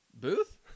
Booth